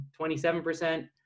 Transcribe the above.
27%